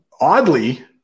oddly